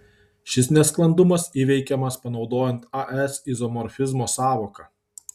šis nesklandumas įveikiamas panaudojant as izomorfizmo sąvoką